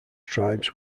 tribes